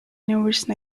universe